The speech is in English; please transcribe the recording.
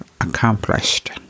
accomplished